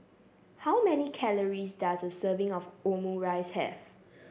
how many calories does a serving of Omurice have